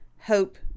hope